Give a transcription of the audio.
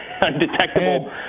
undetectable